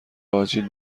آجیل